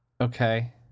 Okay